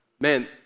Man